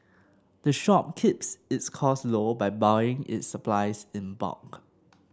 the shop keeps its costs low by buying its supplies in bulk